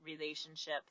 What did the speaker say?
relationship